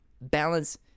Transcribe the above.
balance